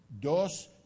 dos